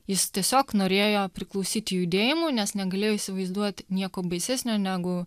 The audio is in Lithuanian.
jis tiesiog norėjo priklausyti judėjimui nes negalėjo įsivaizduot nieko baisesnio negu